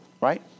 right